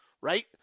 Right